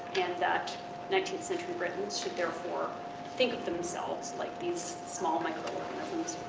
and that nineteenth century britons should therefore think of themselves like these small microorganisms